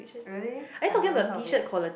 really I never heard of it